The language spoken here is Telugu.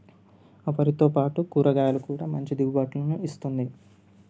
ఆ వరితో పాటు కూరగాయలు కూడా మంచి దిగుబాటులను ఇస్తుంది